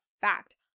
fact